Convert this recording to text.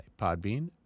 Podbean